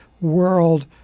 world